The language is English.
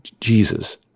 Jesus